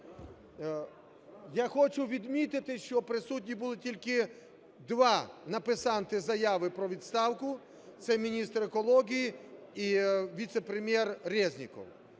Я хочу відмітити, що присутні були тільки два написанти заяви про відставку - це міністр екології і віцепрем'єр Резніков.